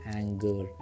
anger